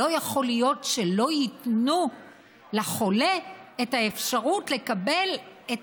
לא ייתנו לחולה את האפשרות לקבל את